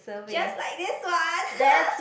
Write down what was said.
just like this one